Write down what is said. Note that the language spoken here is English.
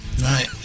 Right